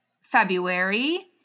February